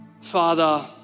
Father